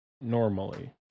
normally